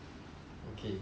okay